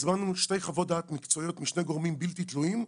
הזמנו שתי חוות דעת מקצועיות משני גורמים בלתי תלויים,